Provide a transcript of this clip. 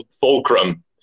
fulcrum